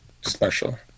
special